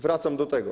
Wracam do tego.